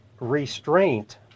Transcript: restraint